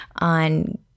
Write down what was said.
on